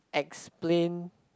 explain